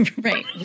Right